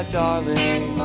darling